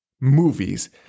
movies